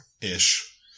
Ish